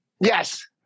yes